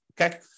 Okay